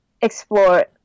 explore